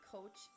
Coach